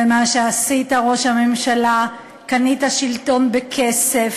ומה שעשית, ראש הממשלה, קנית שלטון בכסף,